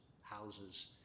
houses